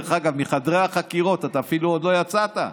דרך אגב, מחדרי החקירות אתה אפילו עוד לא יצאת,